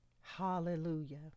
hallelujah